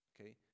okay